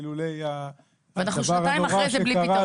ואילולא הדבר הנורא שקרה